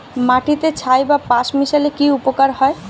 মাটিতে ছাই বা পাঁশ মিশালে কি উপকার হয়?